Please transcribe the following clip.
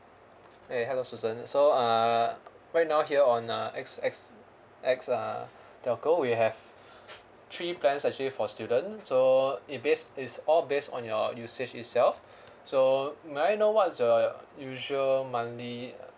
eh hello susan so uh right now here on uh X X X uh telco we have three plans actually for student so it based it's all based on your usage itself so may I know what's your usual monthly